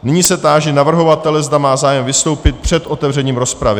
Nyní se táži navrhovatele, zda má zájem vystoupit před otevřením rozpravy.